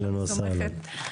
אהלן וסהלן.